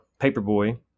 Paperboy